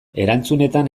erantzunetan